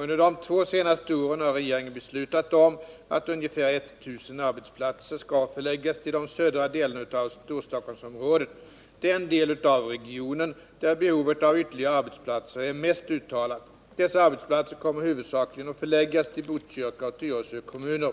Under de två senaste åren har regeringen beslutat om att ungefär 1 000 arbetsplatser skall förläggas till de södra delarna av Storstockholmsområdet — den del av regionen där behovet av ytterligare arbetsplatser är mest uttalat. Dessa arbetsplatser kommer huvudsakligen att förläggas till Botkyrka och Tyresö kommuner.